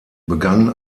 begann